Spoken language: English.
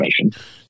information